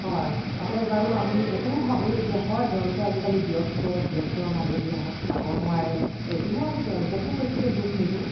হয় তাতে বাৰু আমি এইটোও ভাবোঁ যে হয় তেওঁলোকে আজিকালি ব্যস্ত ব্যস্তৰ মাজেদি আমাক চাব নোৱাৰে এইটোও আমি তেওঁলোককো বেছিকে দুখ নিদিওঁ